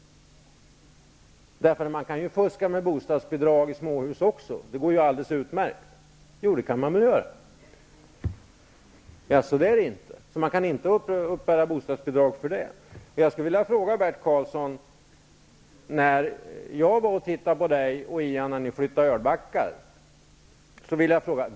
Man kan ju fuska med bostadsbidrag i småhus också. Det går ju alldeles utmärkt. Bert Karlsson: Det gäller inte bostadsbidrag. Jo, det kan man väl göra? Jaså, inte det. Så man kan inte uppbära bostadsbidrag ändå? Jag skulle vilja ställa en fråga till Bert Karlsson. Jag var och tittade på Bert och Ian när ni flyttade ölbackar.